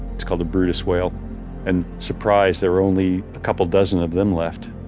it's called the bryde's whale and surprise there are only a couple dozen of them left